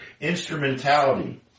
instrumentality